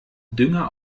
dünger